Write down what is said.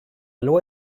loi